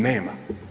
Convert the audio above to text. Nema.